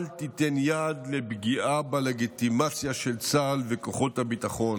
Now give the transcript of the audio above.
אל תיתן יד לפגיעה בלגיטימציה של צה"ל וכוחות הביטחון